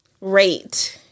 Rate